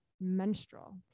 menstrual